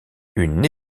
une